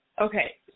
Okay